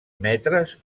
metres